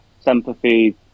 sympathy